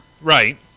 Right